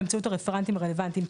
באמצעות הרפרנטים הרלוונטיים,